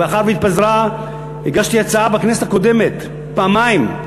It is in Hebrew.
ומאחר שהתפזרה, הגשתי הצעה בכנסת הקודמת, פעמיים,